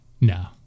No